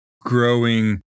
growing